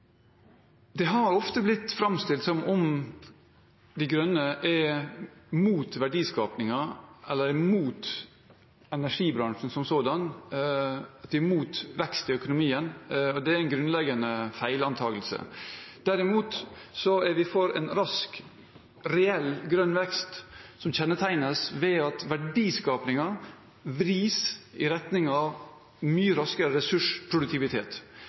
Det har ofte blitt framstilt som at De Grønne er imot verdiskapingen eller imot energibransjen som sådan, imot vekst i økonomien. Det er en grunnleggende feilantakelse. Derimot er vi for en rask reell grønn vekst som kjennetegnes av at verdiskapingen vris i retning av mye raskere ressursproduktivitet.